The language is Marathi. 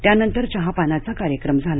त्यानंतर चहापानाचा कार्यक्रम झाला